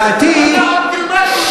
ודעתי היא,